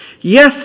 Yes